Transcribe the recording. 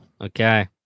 Okay